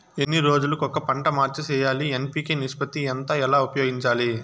ఎన్ని రోజులు కొక పంట మార్చి సేయాలి ఎన్.పి.కె నిష్పత్తి ఎంత ఎలా ఉపయోగించాలి?